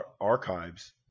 archives